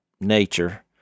nature